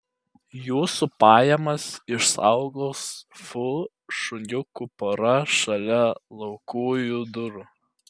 jūsų pajamas išsaugos fu šuniukų pora šalia laukujų durų